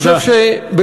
אני חושב שבפנינו,